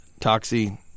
Toxie